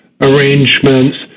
arrangements